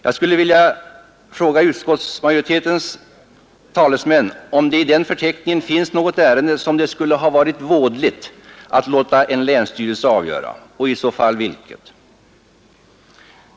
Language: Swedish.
Jag skulle vilja fråga utskottsmajoritetens talesman om det i den förteckningen finns något ärende som det skulle ha varit vådligt att låta en länsstyrelse avgöra och i så fall vilket.